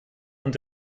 und